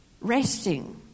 Resting